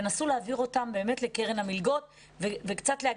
תנסו להעביר אותן לקרן המלגות ולהגדיל,